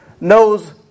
knows